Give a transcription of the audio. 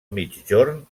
migjorn